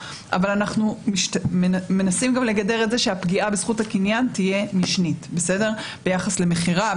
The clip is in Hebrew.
אבל אנחנו מנסים גם לגדר שהפגיעה בזכות הקניין תהיה משנית ביחס למכירה,